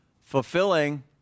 Fulfilling